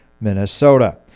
Minnesota